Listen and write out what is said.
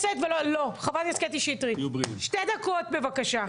חברת הכנסת קטי שטרית, שתי דקות בבקשה.